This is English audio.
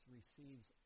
receives